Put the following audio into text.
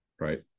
right